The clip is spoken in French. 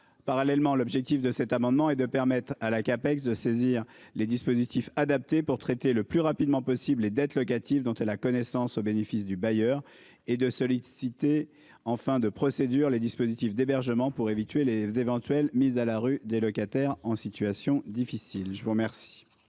Parallèlement, l'objectif de cet amendement est de permettre à la CAPEX de saisir les dispositifs adaptés pour traiter le plus rapidement possible les dettes locatives dont elle a connaissance au bénéfice du bailleur et de solliciter en fin de procédure, les dispositifs d'hébergement pour éviter les éventuelles mises à la rue des locataires en situation. Si si je vous remercie.